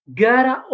gara